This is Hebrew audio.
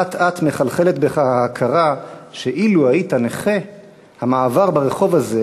אט אט מחלחלת בך ההכרה שאילו היית נכה היו המעבר ברחוב הזה,